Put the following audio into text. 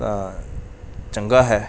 ਤਾਂ ਚੰਗਾ ਹੈ